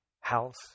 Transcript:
house